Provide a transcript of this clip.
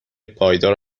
پایدار